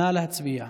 נא להצביע.